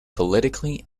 politically